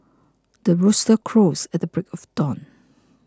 the rooster crows at the break of dawn